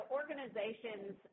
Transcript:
organizations